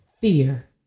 fear